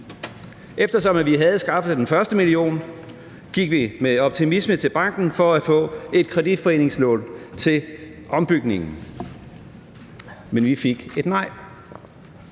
Eftersom vi havde skaffet den første million, gik vi med optimisme til banken for at få et kreditforeningslån til ombygningen, men vi fik et nej.